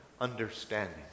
understanding